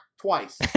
twice